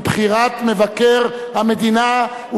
לבחירת מבקר המדינה.